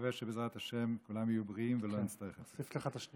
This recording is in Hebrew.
נקווה שבעזרת השם כולם יהיו בריאים ולא נצטרך מסכות.